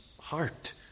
heart